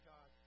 God